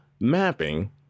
mapping